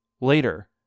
later